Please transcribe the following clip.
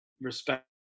respect